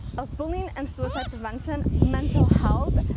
of bullying and suicide prevention, mental health,